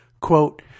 Quote